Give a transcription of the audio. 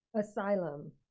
Asylum